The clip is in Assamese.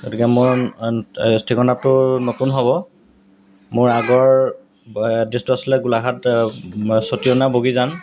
গতিকে মই এই ঠিকনাটো নতুন হ'ব মোৰ আগৰ এড্ৰেছটো আছিলে গোলাঘাট ছটিয়না বগীজান